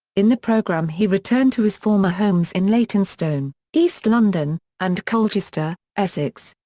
in the programme he returned to his former homes in leytonstone, east london, and colchester, essex.